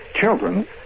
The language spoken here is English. children